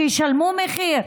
שישלמו מחיר.